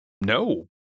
No